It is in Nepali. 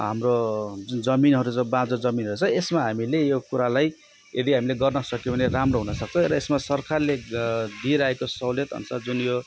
हाम्रो हुन्छ नि जमिनहरू छ बाँजो जमिनहरू छ यसमा हामीले यो कुरालाई यदि हामीले गर्न सक्यौँ भने राम्रो हुन सक्छ र यसमा सरकारले दिइरहेको सहुलियत अनुसार जुन यो